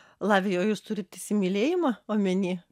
latvija o jūs turit įsimylėjimą omeny